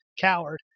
coward